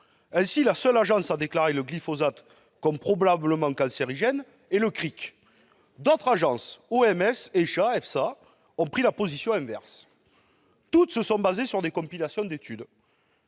Ainsi, la seule agence à déclarer le glyphosate comme probablement cancérigène est le CIRC. D'autres agences, telles que l'OMS, l'ECHA ou l'EFSA, ont pris la position inverse. Toutes se sont fondées sur des compilations d'études.